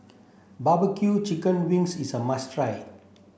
barbeque chicken wings is a must try